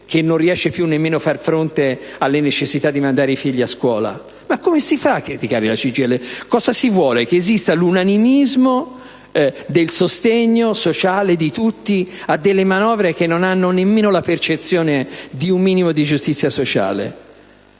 da non riuscire nemmeno più a fare fronte alle necessità di mandare i figli a scuola? Ma come si fa a criticare la CGIL? Si vorrebbe forse l'unanimismo del sostegno sociale di tutti a manovre che non hanno nemmeno la percezione di un minimo di giustizia sociale?